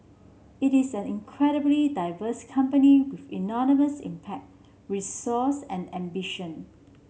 it is an incredibly diverse company with enormous impact resource and ambition